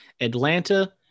Atlanta